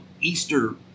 Easter